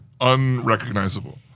unrecognizable